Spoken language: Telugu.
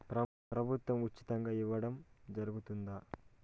ప్రభుత్వం ఉచితంగా ఇయ్యడం జరుగుతాదా?